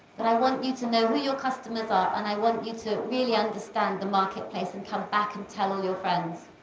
and i want you to know who your customers are, and i want you to really understand the marketplace and come back and tell all your friends.